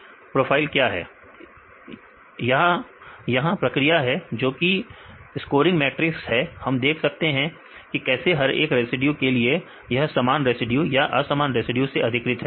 विद्यार्थी प्रोफाइल यहां प्रक्रिया है जो कि स्कोरिंग मैट्रिक्स है हम देख सकते हैं कि कैसे हर एक रेसिड्यू के लिए यह समान रेसिड्यू या असमान रेसिड्यू से अधिकृत है